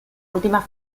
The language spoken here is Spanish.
última